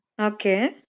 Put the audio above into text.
Okay